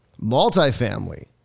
Multifamily